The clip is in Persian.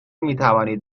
میتوانید